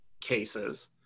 cases